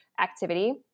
activity